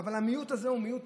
אבל המיעוט הזה הוא מיעוט